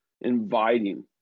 inviting